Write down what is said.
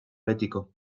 betiko